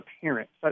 parents